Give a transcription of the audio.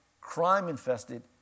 crime-infested